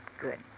Good